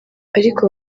ariko